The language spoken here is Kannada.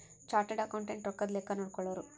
ಚಾರ್ಟರ್ಡ್ ಅಕೌಂಟೆಂಟ್ ರೊಕ್ಕದ್ ಲೆಕ್ಕ ನೋಡ್ಕೊಳೋರು